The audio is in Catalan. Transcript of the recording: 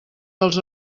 dels